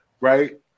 Right